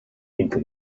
into